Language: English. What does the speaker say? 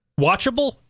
watchable